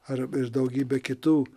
ar ir daugybė kitų